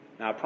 Now